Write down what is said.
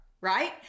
right